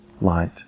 light